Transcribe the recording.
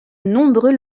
nombreux